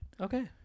Okay